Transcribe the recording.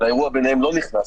האירוע ביניהן לא נכנס,